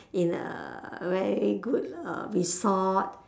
in a very good uh resort